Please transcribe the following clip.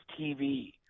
TV